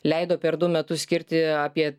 leido per du metus skirti apie